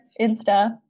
insta